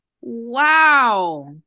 Wow